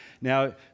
Now